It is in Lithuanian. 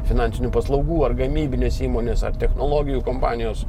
finansinių paslaugų ar gamybinės įmonės ar technologijų kompanijos